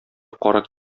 карак